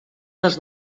les